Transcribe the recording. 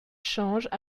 changent